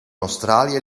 australië